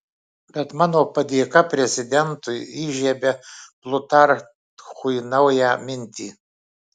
bet mano padėka prezidentui įžiebia plutarchui naują mintį